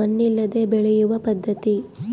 ಮಣ್ಣಿಲ್ಲದೆ ಬೆಳೆಯುವ ಪದ್ಧತಿ